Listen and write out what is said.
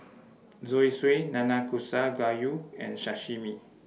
Zosui Nanakusa Gayu and Sashimi